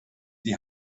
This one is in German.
die